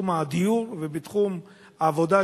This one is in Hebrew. בתחום הדיור ובתחום העבודה,